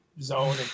zone